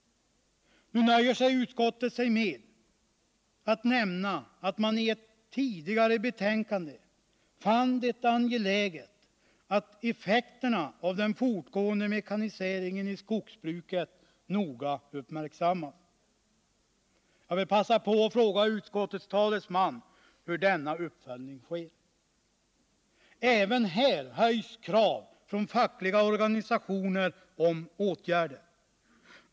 Nu nöjer sig utskottet med att nämna att man tidigare i ett betänkande framhöll att det var angeläget att effekterna av den fortgående mekaniseringen i skogsbruket noga uppmärksammades. Jag vill passa på och fråga utskottets talesman hur denna uppföljning sker. Ävenii detta avseende reser fackliga organisationer krav på åtgärder.